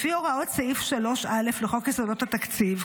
לפי הוראות סעיף 3א לחוק יסודות התקציב,